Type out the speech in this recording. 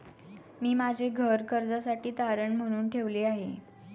मी माझे घर कर्जासाठी तारण म्हणून ठेवले आहे